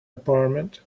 apartment